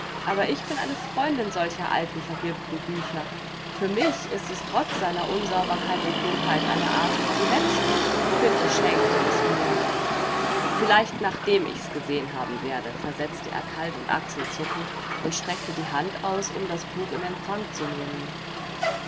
aber ich bin eine freundin solcher alten vergilbten bücher für mich ist es trotz seiner unsauberkeit und plumpheit eine art kabinettstück bitte schenke es mir vielleicht nachdem ich's gesehen haben werde versetzte er kalt und achselzuckend und streckte die hand aus um das buch in empfang zu nehmen